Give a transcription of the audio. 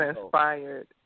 inspired